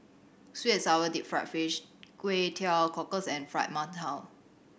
sweet sour deep fried fish Kway Teow Cockles and Fried Mantou